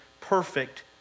perfect